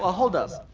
ah hold up